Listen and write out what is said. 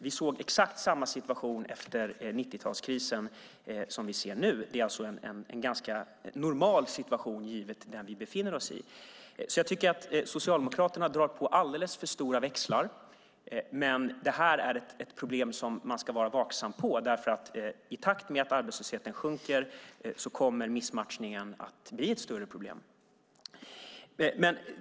Vi såg exakt samma situation efter 90-talskrisen som vi ser nu; det är alltså en ganska normal situation givet var vi befinner oss. Jag tycker alltså att Socialdemokraterna drar alldeles för stora växlar på detta, men man ska vara vaksam, för i takt med att arbetslösheten sjunker kommer missmatchningen att bli ett större problem.